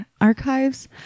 archives